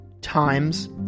times